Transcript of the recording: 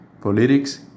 politics